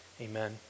Amen